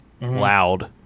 loud